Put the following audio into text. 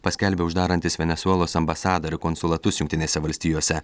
paskelbė uždarantis venesuelos ambasadorių konsulatus jungtinėse valstijose